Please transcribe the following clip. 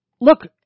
look